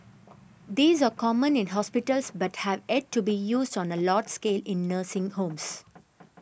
these are common in hospitals but have yet to be used on a large scale in nursing homes